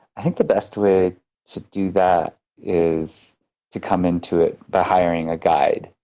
i think the best way to do that is to come into it by hiring a guide.